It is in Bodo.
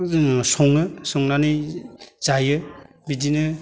जोङो सङो संनानै जायो बिदिनो